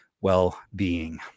well-being